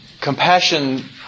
compassion